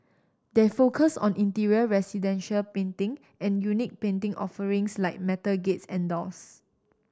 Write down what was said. they focus on interior residential painting and unique painting offerings like metal gates and doors